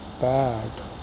bad